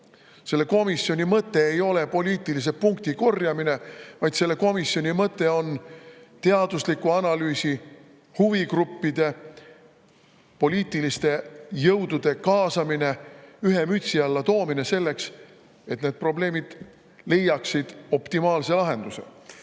Selle komisjoni mõte ei ole poliitilise punkti korjamine, vaid selle komisjoni mõte on teadusliku analüüsi, huvigruppide ja poliitiliste jõudude kaasamine, ühe mütsi alla toomine selleks, et need probleemid leiaksid optimaalse lahenduse.